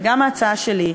וגם ההצעה שלי,